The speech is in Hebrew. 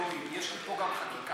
יש לי פה גם חקיקה.